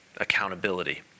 accountability